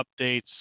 updates